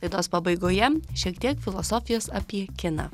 laidos pabaigoje šiek tiek filosofijos apie kiną